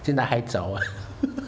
现在还早啊